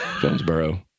Jonesboro